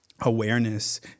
awareness